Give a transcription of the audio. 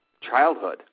childhood